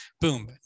boom